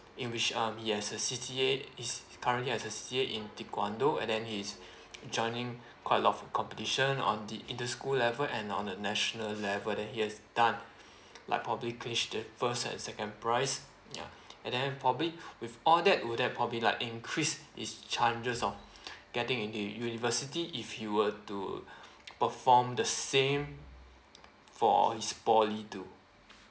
in which um he has a C_C_A is currently has a C_C_A in taekwondo and then he is joining quite a lot of competition on the inter school level and on a national level that he has done like probably glitch the first and second prize ya and then probably with all that will that probably like increase his chances or getting into university if you were to perform the same for his poly to